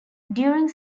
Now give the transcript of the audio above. during